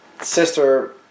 sister